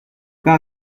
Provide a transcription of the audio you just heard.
pas